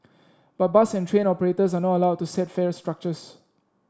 but bus and train operators are not allowed to set fare structures